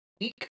week